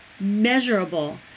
measurable